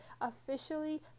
officially